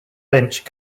finch